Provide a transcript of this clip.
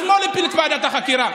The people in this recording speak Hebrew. השמאל הפיל את ועדת החקירה.